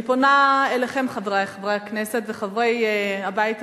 אני פונה אליכם, חברי חברי הכנסת, חברי הבית הזה,